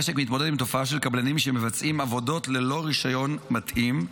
המשק מתמודד עם תופעה של קבלנים שמבצעים עבודות ללא רישיון מתאים.